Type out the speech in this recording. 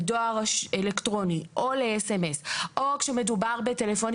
לדואר אלקטרוני או לסמ"ס או כשמדובר בטלפונים